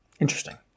Interesting